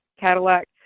Cadillac